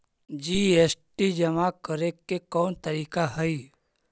GST जमा करे के कौन तरीका हई